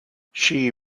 she